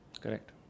correct